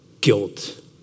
guilt